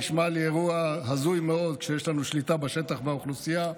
נשמע לי אירוע הזוי מאוד כשיש לנו שליטה בשטח באוכלוסייה,